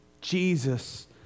Jesus